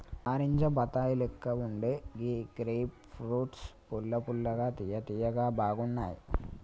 నారింజ బత్తాయి లెక్క వుండే ఈ గ్రేప్ ఫ్రూట్స్ పుల్ల పుల్లగా తియ్య తియ్యగా బాగున్నాయ్